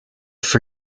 for